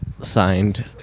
signed